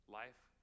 life